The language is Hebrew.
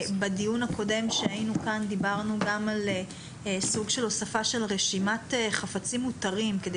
בדיון הקודם דיברנו גם על סוג של הוספה של רשימת חפצים מותרים כדי